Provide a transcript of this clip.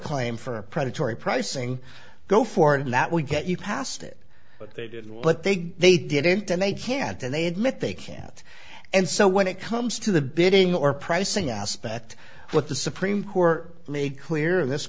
claim for predatory pricing go for it and that would get you past it but they didn't but they did they did it and they can't and they admit they can't and so when it comes to the bidding or pricing aspect what the supreme court made clear this